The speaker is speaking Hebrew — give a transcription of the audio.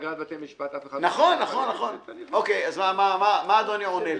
פגרת בתי המשפט אף אחד לא --- אז מה אדוני אומר לי?